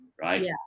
Right